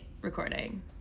recording